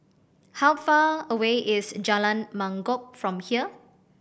how far away is Jalan Mangkok from here